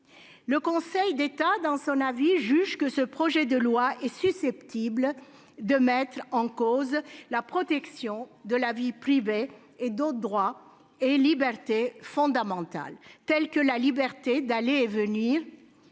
le Conseil d'État juge que le projet de loi est « susceptible de mettre en cause la protection de la vie privée et d'autres droits et libertés fondamentales, tels que la liberté d'aller et venir